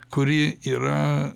kuri yra